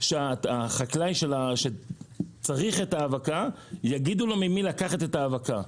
שהחקלאי שצריך את ההאבקה יגידו לו ממי לקחת את ההאבקה.